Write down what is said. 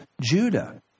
Judah